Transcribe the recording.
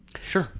Sure